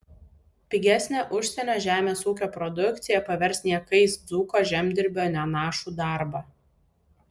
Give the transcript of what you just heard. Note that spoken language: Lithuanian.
pigesnė užsienio žemės ūkio produkcija pavers niekais dzūko žemdirbio nenašų darbą